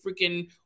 freaking